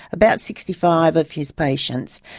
about sixty five of his patients.